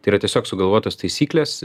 tai yra tiesiog sugalvotos taisyklės